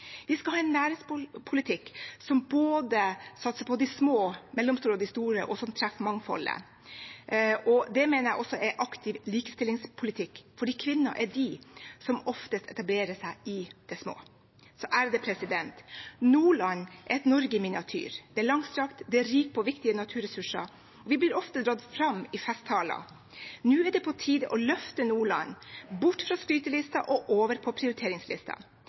de store, og som treffer mangfoldet. Det mener jeg også er aktiv likestillingspolitikk, for kvinner er de som oftest etablerer seg i det små. Nordland er et Norge i miniatyr. Det er langstrakt, og det er rikt på viktige naturressurser. Vi blir ofte dratt fram i festtaler. Nå er det på tide å løfte Nordland bort fra skrytelisten og over på